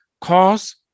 Cause